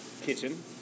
kitchen